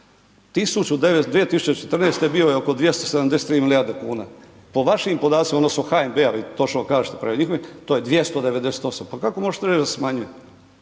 2014. bio je oko 273 milijarde kuna, po vašim podacima odnosno HNB-a, vi točno kažete prema njihovim, to je 298, pa kako možete reć da se smanjuje,